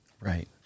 Right